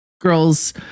girls